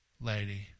lady